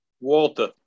Walter